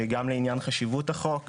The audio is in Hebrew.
גם לעניין חשיבות החוק,